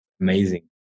amazing